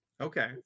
Okay